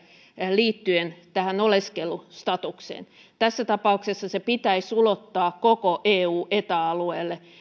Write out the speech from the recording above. liittyen tähän oleskelustatukseen tässä tapauksessa se pitäisi ulottaa koko eu ja eta alueelle